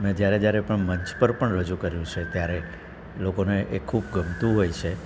મેં જયારે જયારે મંચ પર પણ રજૂ કર્યું છે ત્યારે લોકોને એ ખૂબ ગમતું હોય છે